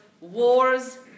wars